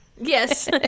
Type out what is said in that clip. Yes